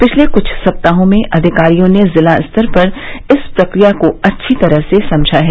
पिछले कुछ सप्ताहों में अधिकारियों ने जिला स्तर तक इस प्रक्रिया को अच्छी तरह समझा है